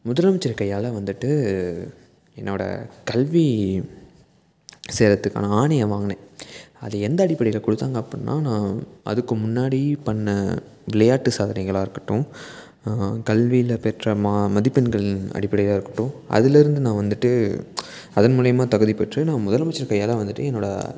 முதலமைச்சர் கையால் வந்துட்டு என்னோட கல்வி சேர்வதுக்கான ஆணையை வாங்கினேன் அது எந்த அடிப்படையில் கொடுத்தாங்க அப்புடின்னா நான் அதுக்கு முன்னாடி பண்ண விளையாட்டு சாதனைகளாக இருக்கட்டும் கல்வியில் பெற்ற ம மதிப்பெண்களின் அடிப்படையாக இருக்கட்டும் அதிலேருந்து நான் வந்துட்டு அதன் மூலிமா தகுதி பெற்று நான் முதலமைச்சர் கையால் வந்துட்டு என்னோட